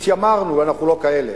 התיימרנו, אנחנו לא כאלה,